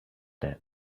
that